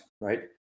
right